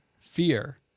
fear